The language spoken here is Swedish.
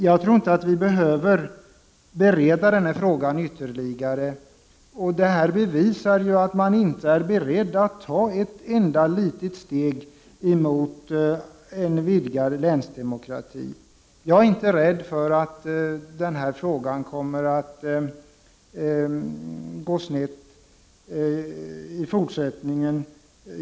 Jag tror inte att vi behöver bereda den här frågan ytterligare. Det här bevisar ju att man inte är beredd att ta ett enda litet steg emot en vidgning av länsdemokratin. Jag är inte rädd för att det kommer att gå snett i fortsättningen.